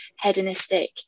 hedonistic